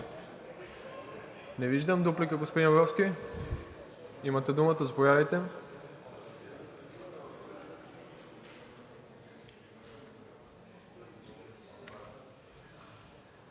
Не виждам. Дуплика – господин Абровски, имате думата. Заповядайте.